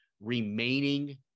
remaining